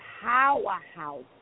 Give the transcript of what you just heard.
powerhouse